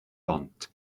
bont